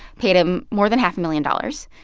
paid him more than half a million dollars.